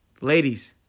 Ladies